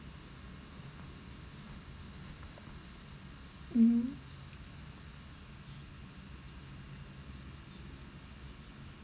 mmhmm